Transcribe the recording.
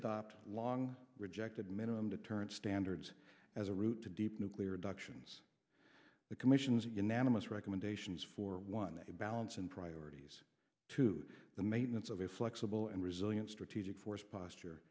adopt long rejected minimum deterrence standards as a route to deep nuclear inductions the commission's unanimous recommendations for one a balance and priorities to the maintenance of a flexible and resilient strategic force posture